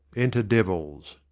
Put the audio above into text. enter devils.